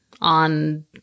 on